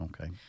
Okay